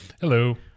Hello